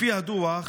לפי הדוח,